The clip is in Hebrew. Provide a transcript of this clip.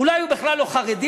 אולי הוא בכלל לא חרדי?